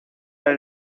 del